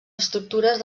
estructures